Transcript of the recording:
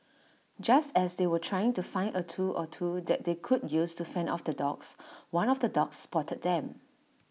just as they were trying to find A tool or two that they could use to fend off the dogs one of the dogs spotted them